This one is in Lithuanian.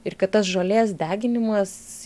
ir kad tas žolės deginimas